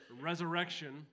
resurrection